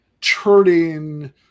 turning